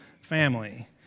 family